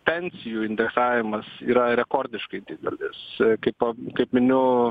pensijų indeksavimas yra rekordiškai didelis kaip po kaip miniu